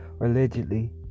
allegedly